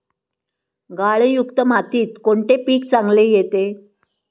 गाळयुक्त मातीत कोणते पीक चांगले येते?